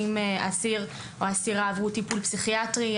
אם אסיר או אסירה עברו טיפול פסיכיאטרי,